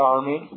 Army